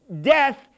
death